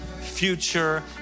future